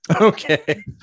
Okay